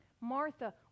Martha